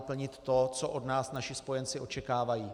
plnit to, co od nás naši spojenci očekávají.